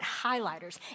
highlighters